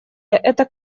это